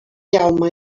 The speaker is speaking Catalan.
jaume